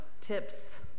tips